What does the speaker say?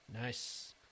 nice